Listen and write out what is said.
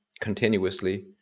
continuously